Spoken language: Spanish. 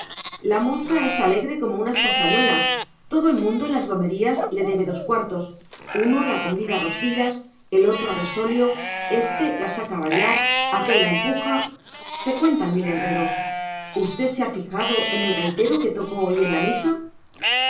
la moza es alegre como unas castañuelas todo el mundo en las romerías le debe dos cuartos uno la convida a rosquillas el otro a resolio éste la saca a bailar aquél la empuja se cuentan mil enredos usted se ha fijado en el gaitero que tocó hoy en la misa